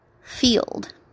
field